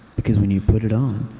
because when you put it on,